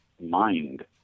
mind